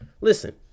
Listen